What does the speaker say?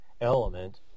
element